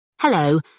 Hello